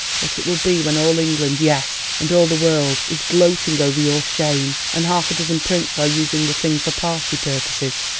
what it will be when all england yes, and all the world is gloating over your shame, and half-a-dozen prints are using the thing for party purposes,